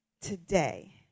today